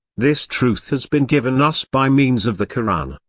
this truth has been given us by means of the koran.